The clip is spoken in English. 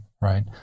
right